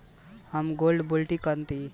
हम gold bond करतिं आवेदन कइसे कर पाइब?